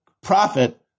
profit